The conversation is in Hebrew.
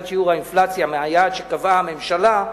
שיעור האינפלציה מהיעד שקבעה הממשלה,